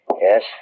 Yes